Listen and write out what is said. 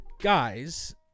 guys